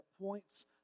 points